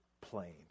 plain